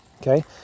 Okay